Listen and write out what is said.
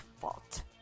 fault